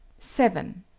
seven.